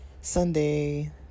Sunday